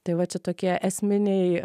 tai va čia tokie esminiai